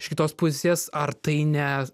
iš kitos pusės ar tai ne